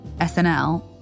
SNL